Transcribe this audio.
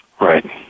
Right